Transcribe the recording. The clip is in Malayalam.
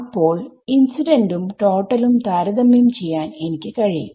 അപ്പോൾ ഇൻസിഡന്റും ടോട്ടലും താരതമ്യം ചെയ്യാൻ എനിക്ക് കഴിയും